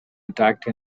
attacked